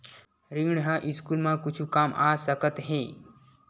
ऋण ह स्कूल मा कुछु काम आ सकत हे?